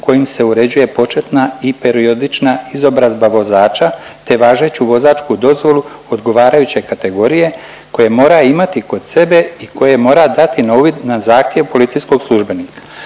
kojim se uređuje početna i periodična izobrazba vozača te važeću vozačku dozvolu odgovarajuće kategorije koje mora imati kod sebe i koje mora dati na uvid na zahtjev policijskog službenika.